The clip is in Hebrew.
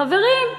חברים,